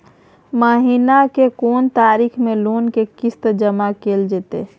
महीना के कोन तारीख मे लोन के किस्त जमा कैल जेतै?